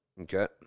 okay